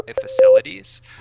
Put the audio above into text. Facilities